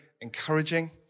encouraging